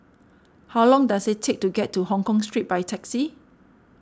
how long does it take to get to Hongkong Street by taxi